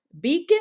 big